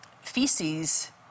feces